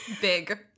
big